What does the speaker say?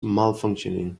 malfunctioning